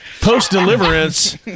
Post-deliverance